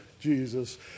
Jesus